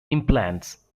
implants